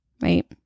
right